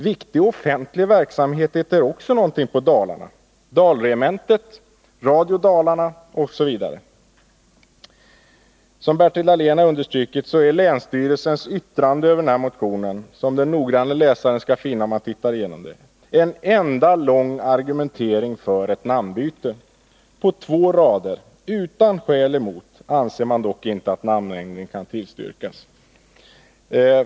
Viktig offentlig verksamhet har också detta inslag, exempelvis Dalregementet, Radio Dalarna osv. Som Bertil Dahlén har understrukit är länsstyrelsens remissyttrande i anledning av den här motionen — och det kommer den noggranne läsaren att finna när han tittar igenom det — en enda lång argumentering för ett namnbyte. På två rader, och utan att anföra skäl emot ett sådant, anser man dock inte att namnändring kan tillstyrkas.